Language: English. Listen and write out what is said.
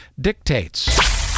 dictates